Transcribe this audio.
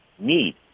need